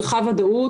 צריכה ודאות,